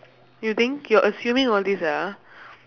you think you're assuming all this ah ah